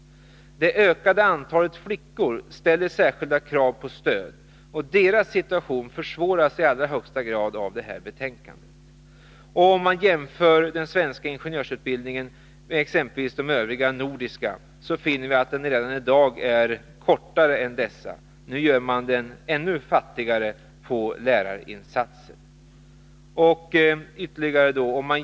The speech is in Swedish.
Det ökade antalet flickor ställer särskilda krav på stöd, och deras situation försvåras i allra högsta grad. Om vi jämför den svenska ingenjörsutbildningen med exempelvis de Övriga nordiska, finner vi att den redan i dag är kortare än dessa. Nu gör man den ännu fattigare på lärarinsatser.